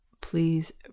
please